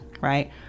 Right